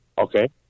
Okay